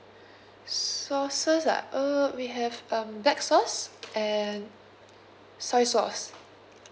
sauces ah uh we have um black sauce and soy sauce